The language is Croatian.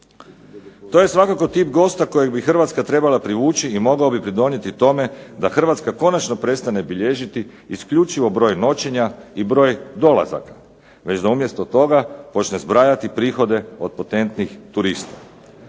To je svakako tip gosta kojeg bi Hrvatska trebala privući i mogao bi pridonijeti tome da Hrvatska konačno prestane bilježiti isključivo broj noćenja i broj dolazaka već da umjesto toga počne zbrajati prihode od potentnih turista.